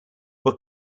were